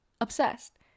obsessed